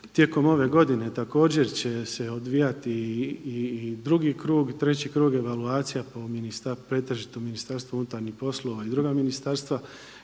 Tijekom ove godine također će se odvijati i drugi krug i treći krug evaluacija po pretežito MUP-u i druga ministarstva